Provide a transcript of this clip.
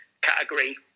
category